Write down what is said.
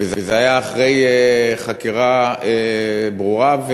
וזה אחרי חקירה ברורה.